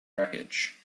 wreckage